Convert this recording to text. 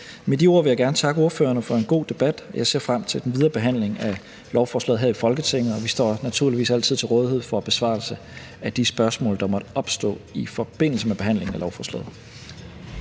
Med de ord vil jeg gerne takke ordførerne for en god debat. Jeg ser frem til den videre behandling af lovforslaget her i Folketinget. Og vi står naturligvis altid til rådighed for besvarelse af de spørgsmål, der måtte opstå i forbindelse med behandlingen af lovforslaget.